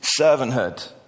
servanthood